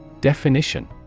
Definition